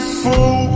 fool